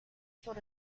sort